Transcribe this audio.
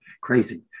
crazy